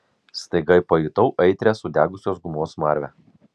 staiga pajutau aitrią sudegusios gumos smarvę